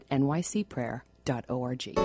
nycprayer.org